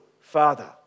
father